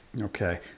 okay